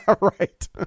Right